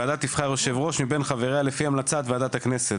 הוועדה תבחר יושב-ראש מבין חבריה לפי המלצת ועדת הכנסת.